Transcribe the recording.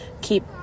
Keep